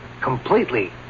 completely